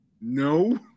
No